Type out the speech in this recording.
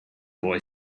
boy